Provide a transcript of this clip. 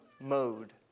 mode